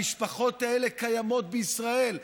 המשפחות האלה קיימות בישראל.